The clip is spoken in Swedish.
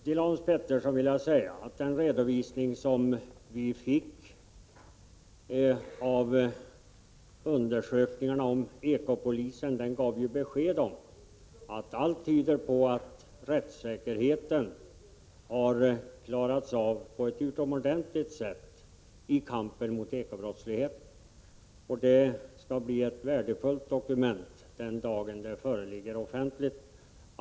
Till Hans Petersson i Röstånga vill jag säga att den redovisning vi fick av undersökningarna om ekopolisen gav besked om att allt tyder på att rättssäkerheten har klarats på ett utomordentligt sätt i kampen mot ekobrottsligheten. Den redovisningen skall bli ett värdefullt dokument den dag då den föreligger offentligt.